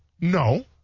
No